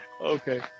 Okay